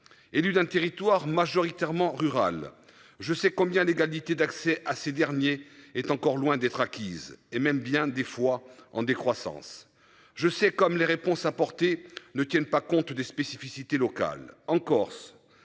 élu d'un territoire majoritairement rural je sais combien l'égalité d'accès à ces derniers est encore loin d'être acquise et même bien des fois en décroissance je sais comme les réponses apportées ne tiennent pas compte des spécificités locales en Corse.